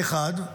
האחת,